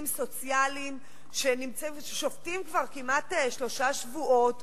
סוציאליים ששובתים כבר כמעט שלושה שבועות,